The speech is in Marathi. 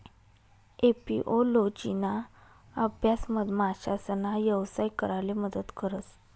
एपिओलोजिना अभ्यास मधमाशासना यवसाय कराले मदत करस